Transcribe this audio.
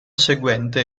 seguente